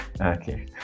okay